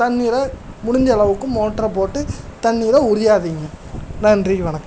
தண்ணீரை முடிந்தளவுக்கு மோட்டர போட்டு தண்ணீரை உரியாதீங்க நன்றி வணக்கம்